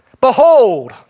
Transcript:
Behold